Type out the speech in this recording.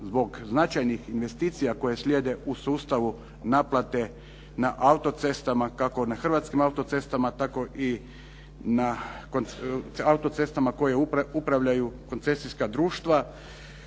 zbog značajnih investicija koje slijede u sustavu naplate na autocestama, kako na hrvatskim autocestama, tako i na autocestama kojim upravljaju koncesijska društva.